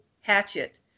hatchet